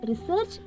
research